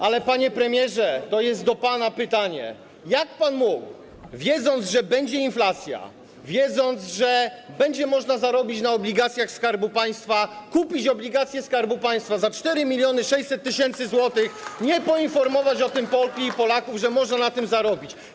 Ale, panie premierze - to jest do pana pytanie - jak pan mógł, wiedząc, że będzie inflacja, wiedząc, że będzie można zarobić na obligacjach Skarbu Państwa, kupić obligacje Skarbu Państwa za 4600 tys. zł i nie poinformować Polek i Polaków, że można na tym zarobić?